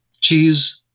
cheese